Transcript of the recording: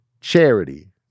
Charity